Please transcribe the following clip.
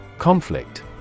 Conflict